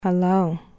Hello